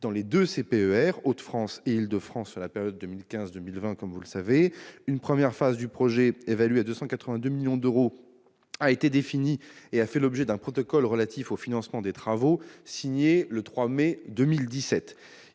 ou CPER, Hauts-de-France et Île-de-France sur la période 2015-2020. Une première phase du projet, évaluée à 282 millions d'euros, a été définie et a fait l'objet d'un protocole relatif au financement des travaux, signé le 3 mai 2017.